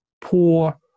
poor